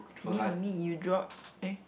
me me you drop eh